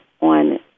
on